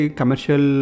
commercial